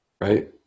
right